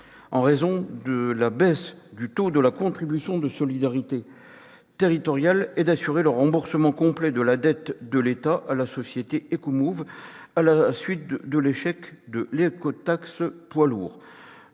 en raison de la baisse du taux de la contribution de solidarité territoriale et en vue d'assurer le remboursement complet de la dette de l'État à la société Ecomouv'à la suite de l'échec de l'écotaxe poids lourds.